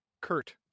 Kurt